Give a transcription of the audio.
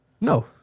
No